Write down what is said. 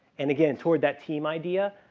and again, toward that team idea,